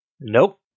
Nope